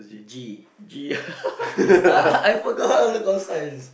G G uh I I forgot all the consonants